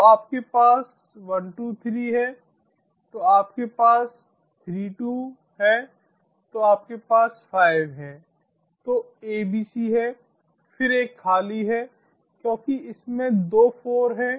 तो आपके पास 123 है तो आपके पास 32 है तो आपके पास 5 है तो abc है फिर एक खाली है क्योंकि इसमें दो 4 है